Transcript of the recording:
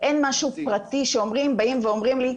אין משהו פרטי שאומרים לי,